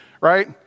right